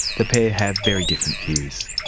the pair have very different views.